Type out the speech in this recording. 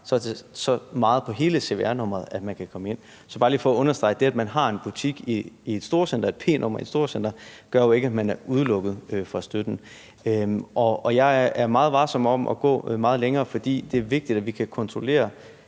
så meget på hele cvr-nummeret, at man kan komme ind. Det er bare lige for at understrege, at det, at man har en butik, et p-nummer, i et storcenter, ikke gør, at man er udelukket fra støtten. Jeg er meget varsom med at gå meget længere, for det er vigtigt, at vi kan kontrollere